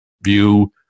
view